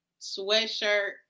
sweatshirt